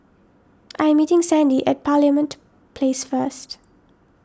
I am meeting Sandie at Parliament Place first